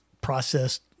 processed